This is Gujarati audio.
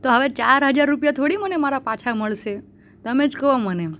તો હવે ચાર હજાર રૂપિયા થોડી મને મારા પાછા મળશે તમે જ કહો મને